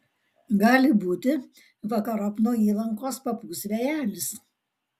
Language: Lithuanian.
gali būti vakarop nuo įlankos papūs vėjelis